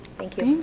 thank you.